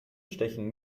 stechen